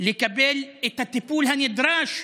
לקבל את הטיפול הנדרש,